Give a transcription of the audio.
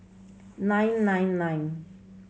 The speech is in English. nine nine nine